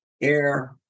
air